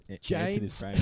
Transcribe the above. James